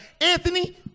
Anthony